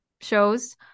shows